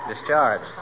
Discharged